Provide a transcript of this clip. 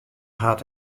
hat